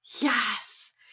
yes